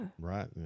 Right